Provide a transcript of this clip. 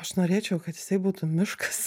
aš norėčiau kad jisai būtų miškas